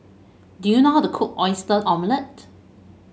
do you know how to cook Oyster Omelette